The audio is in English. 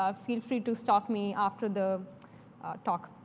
ah feel free to stop me after the talk.